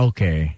Okay